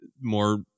more